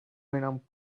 venom